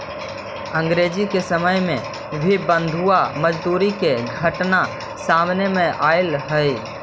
अंग्रेज के समय में भी बंधुआ मजदूरी के घटना सामने आवऽ हलइ